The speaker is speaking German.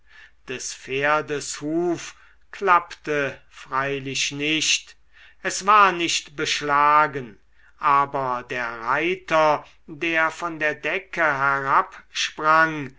des pferdes huf klappte freilich nicht es war nicht beschlagen aber der reiter der von der decke